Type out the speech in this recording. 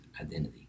identity